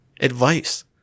advice